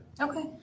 Okay